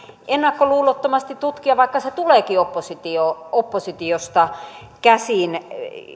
ennakkoluulottomasti tutkia vaikka se tuleekin oppositiosta käsin